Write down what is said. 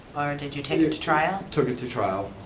or did you take it to trial. took it to trial,